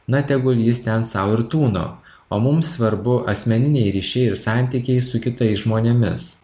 na tegu jis ten sau ir tūno o mums svarbu asmeniniai ryšiai ir santykiai su kitais žmonėmis